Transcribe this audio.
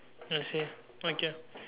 I see okay